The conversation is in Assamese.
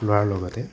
লোৱাৰ লগতে